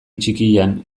txikian